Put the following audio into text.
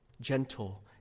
gentle